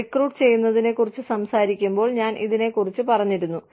recruit ചെയ്യുന്നതിനെക്കുറിച്ച് സംസാരിക്കുമ്പോൾ ഞാൻ ഇതിനെക്കുറിച്ച് പറഞ്ഞിരുന്നു